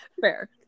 fair